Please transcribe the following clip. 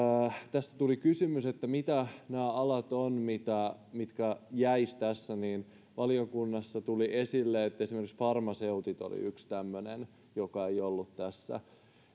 tässä tuli kysymys mitä ovat nämä alat mitkä jäisivät tässä valiokunnassa tuli esille että esimerkiksi farmaseutit olivat yksi tämmöinen joka ei ollut tässä